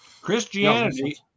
Christianity